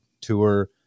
tour